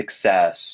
success